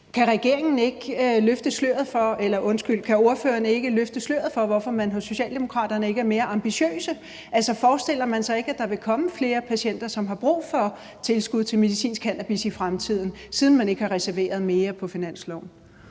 kan ordføreren ikke løfte sløret for, hvorfor man hos Socialdemokraterne ikke er mere ambitiøse? Forestiller man sig ikke, at der vil komme flere patienter, som har brug for tilskud til medicinsk cannabis i fremtiden, siden man ikke har reserveret mere på finansloven?